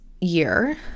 year